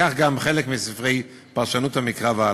וכך גם חלק מספרי פרשנות המקרא וההלכה.